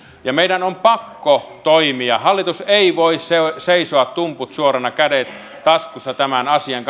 ja meidän on pakko toimia hallitus ei voi seisoa tumput suorana kädet taskussa tämän asian